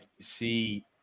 see